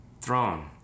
throne